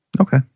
Okay